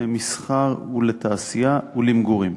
למסחר ולתעשייה ולמגורים.